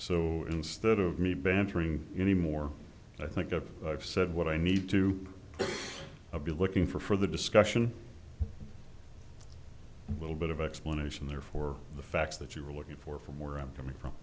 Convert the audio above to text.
so instead of me bantering anymore i think of said what i need to be looking for for the discussion little bit of explanation there for the facts that you are looking for from where i'm coming from